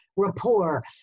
rapport